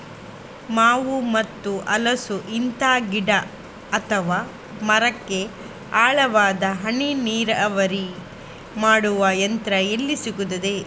ಮಾವು ಮತ್ತು ಹಲಸು, ಇಂತ ಗಿಡ ಅಥವಾ ಮರಕ್ಕೆ ಆಳವಾದ ಹನಿ ನೀರಾವರಿ ಮಾಡುವ ಯಂತ್ರ ಎಲ್ಲಿ ಸಿಕ್ತದೆ?